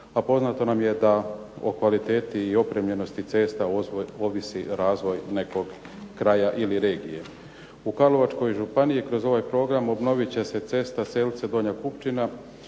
A poznato nam je da o kvaliteti i opremljenosti cesta ovisi razvoj nekog kraja ili regije. U Karlovačkoj županiji kroz ovaj program obnovit će se cesta Selce-Donja Kupčina.